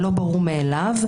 זה לא ברור מאליו,